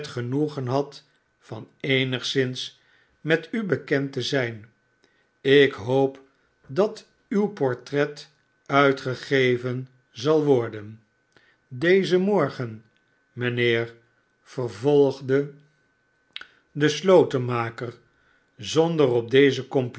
genoegen had van eenigszins met u bekend te zijn ik hoop dat uw portret uitgegeven zal worden dezen morgen mijnheer vervolgde de slotenmaker zonder op deze